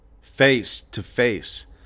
face-to-face